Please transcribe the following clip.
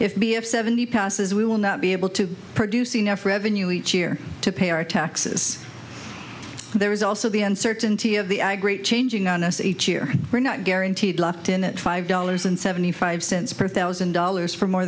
of seventy passes we will not be able to produce enough revenue each year to pay our taxes there is also the uncertainty of the eye great changing on us each year are not guaranteed locked in at five dollars and seventy five cents per thousand dollars for more